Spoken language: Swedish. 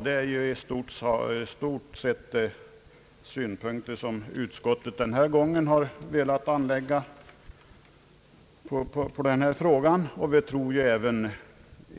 Detta är i stort sett de synpunkter utskottet velat anlägga.